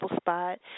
spot